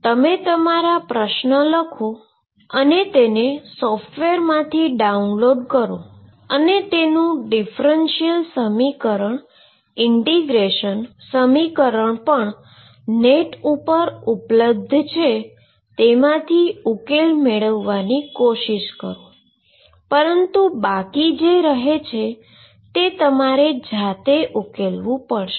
તમે તમારા પ્રશ્ન લખો અને સોફ્ટવેરમાંથી ડાઉનલોડ કરો અને તેનુ ડીફરંશીઅલ સમીકરણ અને ઈન્ટીગ્રેટર સમીકરણ જે પણ નેટ પર ઉપલબ્ધ હોય તેમાથી ઉકેલ મેળવવાની કોશિષ કરો પરંતુ બાકી જે રહે છે તે તમારે જાતે ઉકેલવું પડશે